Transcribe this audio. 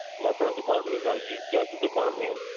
my first department is our youth justice department,